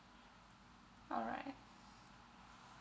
alright